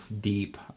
deep